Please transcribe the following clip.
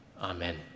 Amen